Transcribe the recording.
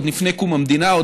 עוד לפני קום המדינה,